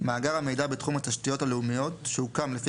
- מאגר המידע בתחום התשתיות הלאומיות שהוקם לפי